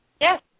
Yes